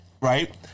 Right